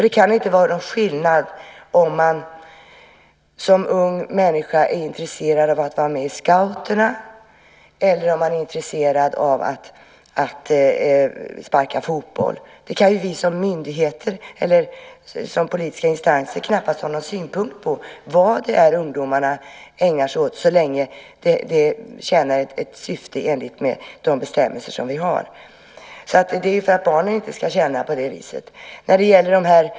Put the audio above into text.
Det kan inte vara någon skillnad om man som ung människa är intresserad av att vara med i scouterna eller om man är intresserad av att sparka fotboll. Vi som politiska instanser kan knappast ha någon synpunkt på vad ungdomarna ägnar sig åt så länge det tjänar ett syfte i enlighet med de bestämmelser som vi har. Men barnen ska inte känna på det viset.